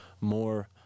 more